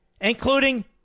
including